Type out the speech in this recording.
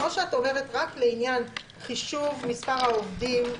או שאת אומרת רק לעניין חישוב מספר העובדים,